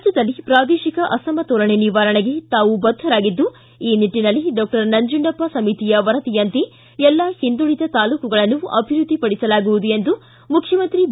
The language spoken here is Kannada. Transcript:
ರಾಜ್ಯದಲ್ಲಿ ಪ್ರಾದೇಶಿಕ ಅಸಮಾತೋಲನೆ ನಿವಾರಣೆಗೆ ತಾವು ಬದ್ದರಾಗಿದ್ದು ಈ ನಿಟ್ಟಿನಲ್ಲಿ ಡಾಕ್ಷರ್ ನಂಜುಂಡಪ್ಪ ಸಮಿತಿಯ ವರದಿಯಂತೆ ಎಲ್ಲಾ ಹಿಂದುಳಿದ ತಾಲೂಕುಗಳನ್ನು ಅಭಿವೃದ್ಧಿಪಡಿಸಲಾಗುವುದು ಎಂದು ಮುಖ್ಯಮಂತ್ರಿ ಬಿ